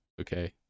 okay